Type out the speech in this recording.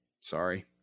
sorry